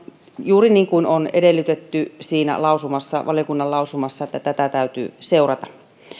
juuri niin kuin on edellytetty siinä valiokunnan lausumassa eli tätä täytyy seurata